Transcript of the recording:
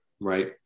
right